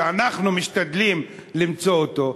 שאנחנו משתדלים למצוא אותו.